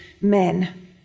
men